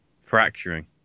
fracturing